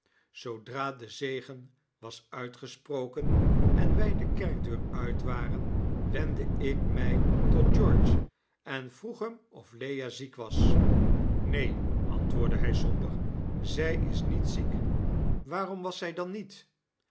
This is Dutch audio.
zoodra de zegen was uitgesproken en wy de kerkdeur uit waren wendde ik my tot george en vroeg hem of lea ziek was neen antwoordde hij somber zy is niet ziek waarom was zy dan niet